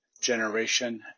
generation